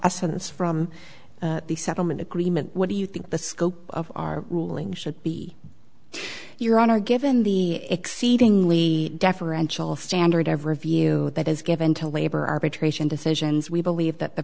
a sense from the settlement agreement what do you think the scope of our ruling should be your honor given the exceedingly deferential standard of review that is given to labor arbitration decisions we believe that the